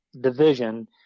division